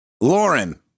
Lauren